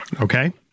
Okay